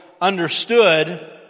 understood